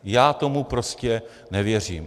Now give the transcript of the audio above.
Já tomu prostě nevěřím!